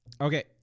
Okay